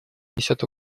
несет